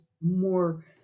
more